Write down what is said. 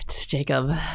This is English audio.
Jacob